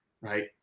right